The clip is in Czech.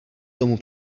tomu